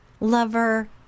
lover